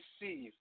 receive